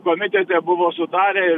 komitete buvo sutarę ir